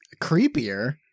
creepier